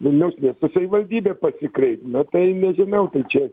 vilniaus miesto savivaldybę pasikreipt nu tai nežinau tai čia